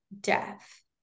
death